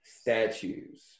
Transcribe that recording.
statues